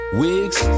wigs